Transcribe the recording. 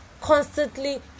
constantly